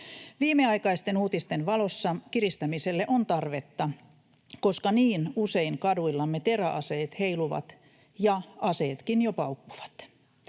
Viimeaikaisten uutisten valossa kiristämiselle on tarvetta, koska niin usein kaduillamme teräaseet heiluvat ja aseetkin jo paukkuvat.